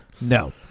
No